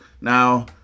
Now